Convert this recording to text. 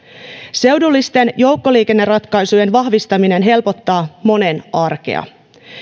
seudullisten joukkoliikenneratkaisujen vahvistaminen helpottaa monen arkea